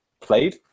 played